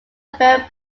very